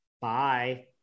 Bye